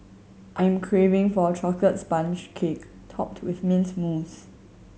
I am craving for a chocolate sponge cake topped with mint mousse